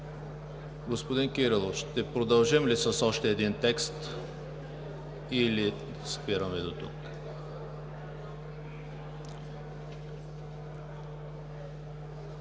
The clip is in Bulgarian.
Господин Кирилов, ще продължим ли с още един текст, или спираме дотук?